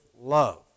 love